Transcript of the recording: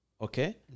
Okay